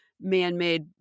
man-made